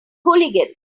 hooligan